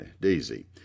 Daisy